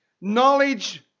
knowledge